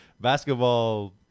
basketball